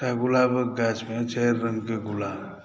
गुलाबक गाछमे चारि रंगके गुलाब